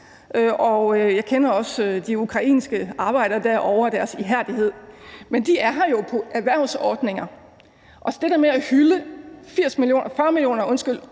og jeg kender også til de ukrainske arbejdere derovre og til deres ihærdighed, men de er her jo på erhvervsordninger. Og det der med at hylde 40 millioner mennesker